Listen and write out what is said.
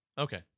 Okay